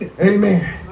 Amen